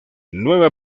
nueva